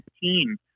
team